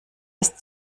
ist